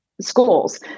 schools